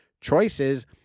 choices